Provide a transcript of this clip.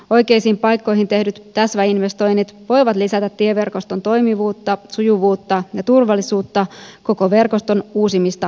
oikeisiin paikkoihin tehdyt täsmäinvestoinnit voivat lisätä tieverkoston toimivuutta sujuvuutta ja turvallisuutta koko verkoston uusimista huokeammin